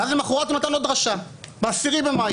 ואז למחרת הוא נתן עוד דרשה ב-10 במאי